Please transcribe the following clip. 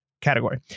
category